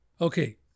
Okay